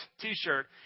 T-shirt